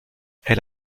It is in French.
elle